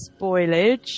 spoilage